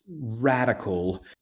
radical